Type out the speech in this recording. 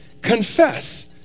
Confess